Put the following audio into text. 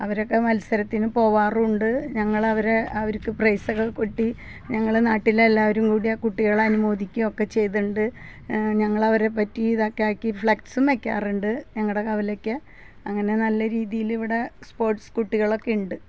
അവരൊക്കെ മത്സരത്തിന് പോവാറുവുണ്ട് ഞങ്ങളവരെ അവർക്ക് പ്രൈസൊക്കെ കിട്ടി ഞങ്ങൾ നാട്ടിലെല്ലാവരും കൂടി ആ കുട്ടികളെ അനുമോദിക്കുക ഒക്കെ ചെയ്ത്ണ്ട് ഞങ്ങൾ അവരെപ്പറ്റി ഇതക്കെയാക്കി ഫ്ലെക്സും വെക്കാറുണ്ട് ഞങ്ങളുടെ കവലക്ക് അങ്ങനെ നല്ല രീതിയിൽ ഇവിടെ സ്പോട്സ് കുട്ടികളൊക്കെയുണ്ട്